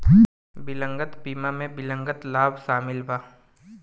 विकलांगता बीमा में विकलांगता लाभ शामिल बा